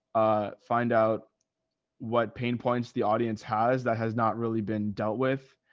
find out what pain points the audience has that has not really been dealt with,